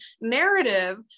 narrative